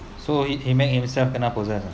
so he he made himself kena possessed ah